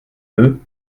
deux